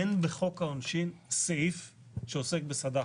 אין בחוק העונשין סעיף שעוסק בסד"ח,